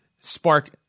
spark